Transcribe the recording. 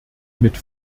mit